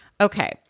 Okay